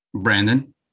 Brandon